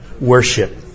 worship